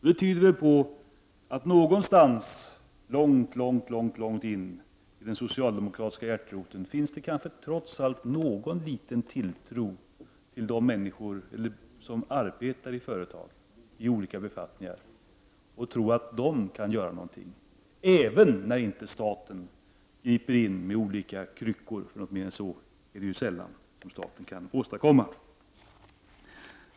Det tyder väl på att någonstans långt, långt, långt in i den socialdemokratiska hjärteroten finns trots allt någon liten tilltro till de människor som arbetar i företagen i olika befattningar, en tro på att de kan göra någonting, även när inte staten griper in med olika kryckor, för mer än så är det ju sällan staten kan åstadkomma.